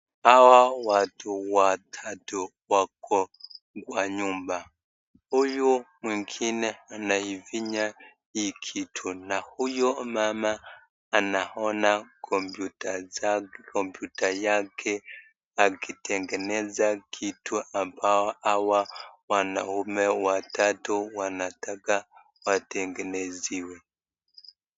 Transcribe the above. Hawa watu watatu wako kwa nyumba huyu mwingine anaifinya hii kitu, na huyu mama anaona kompyuta yake akitengenesa kitu ambao hawa wanaume watatu wanataka watengeneziwe.